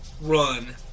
run